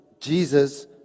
jesus